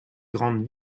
grandes